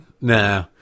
Nah